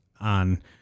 on